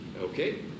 Okay